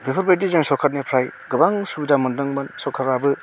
बेफोर बायदि जों सरकारनिफ्राइ गोबां सुबिदा मोनदोंमोन सरकाराबो